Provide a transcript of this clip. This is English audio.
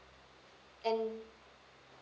and